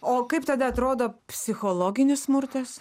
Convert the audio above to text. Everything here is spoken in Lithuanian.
o kaip tada atrodo psichologinis smurtas